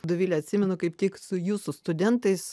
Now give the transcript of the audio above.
dovile atsimenu kaip tik su jūsų studentais